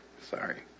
sorry